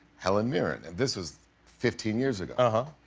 helen mirren. and this was fifteen years ago. ah